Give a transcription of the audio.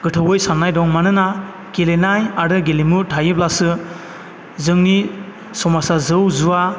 गोथौवै साननाय दं मानोना गेलेनाय आरो गेलेमु थायोब्लासो जोंनि समाजा जौ जुवा